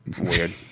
weird